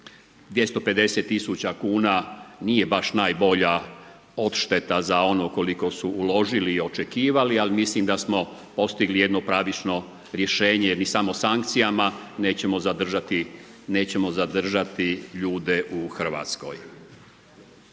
250 000 kuna nije baš najbolja odšteta za ono koliko su uložili i očekivali ali mislim da smo postigli jedno pravično rješenje jer mi samo sankcijama nećemo zadržati ljude u Hrvatskoj.